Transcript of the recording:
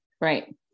right